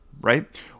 right